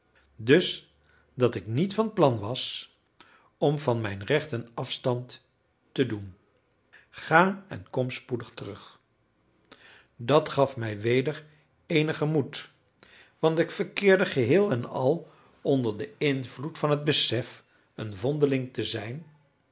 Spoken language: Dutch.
dus dat ik niet van plan was om van mijn rechten afstand te doen ga en kom spoedig terug dat gaf mij weder eenigen moed want ik verkeerde geheel-en-al onder den invloed van het besef een vondeling te zijn